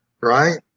Right